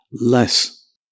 less